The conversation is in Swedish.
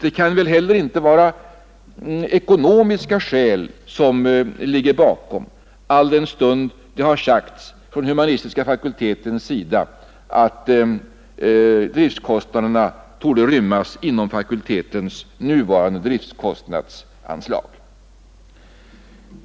Det kan väl heller inte vara ekonomiska skäl som ligger bakom, alldenstund den humanistiska fakulteten har sagt att driftkostnaderna torde rymmas inom fakultetens nuvarande driftkostnadsanslag.